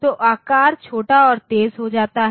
तो आकार छोटा और तेज हो जाता है